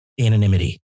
anonymity